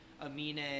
Amine